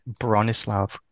Bronislav